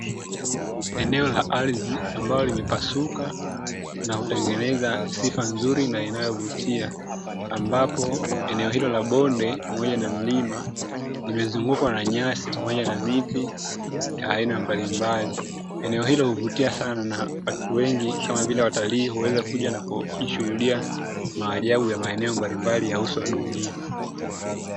Eneo la ardhi ambalo limepasuka na hutengeneza sifa nzuri na inayovutia, ambapo eneo hilo la bonde pamoja na mlima limezungukwa na nyasi pamoja na miti ya aina mbalimbali. Eneo hilo huvutia sana na watu wengi kama vile watalii huweza kuja na kujishuhudia maajabu ya maeneo mbalimbali ya uso wa dunia.